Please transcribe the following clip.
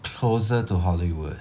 closer to Hollywood